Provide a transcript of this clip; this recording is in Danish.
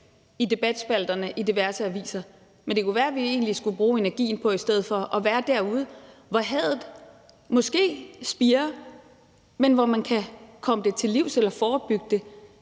i debatspalterne i diverse aviser. Men det kunne være, at vi egentlig i stedet for skulle bruge energien på at være derude, hvor hadet måske spirer, men hvor man kan komme det til livs eller forebygge det